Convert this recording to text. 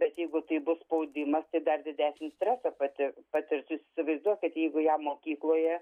bet jeigu tai bus spaudimas tai dar didesnį stresą pati patirs jūs įsivaizduokit jeigu jam mokykloje